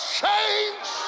change